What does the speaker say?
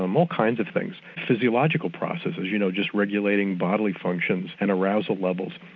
um all kinds of things. physiological processes, you know, just regulating bodily functions and arousal levels.